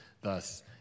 Thus